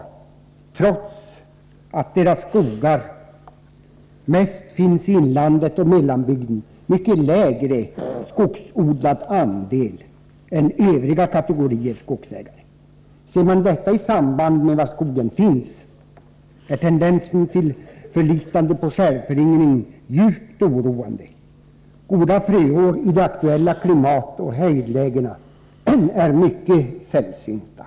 Men trots att domänverkets skogar till största delen finns i inlandet och i mellanbygden, har man en mycket lägre skogsodlad andel än övriga kategorier av skogsägare. Man har en tendens att förlita sig på självföryngring, och det är djupt oroande. Goda fröår i de aktuella områdena, med hänsyn till både klimat och höjdläge, är mycket sällsynta.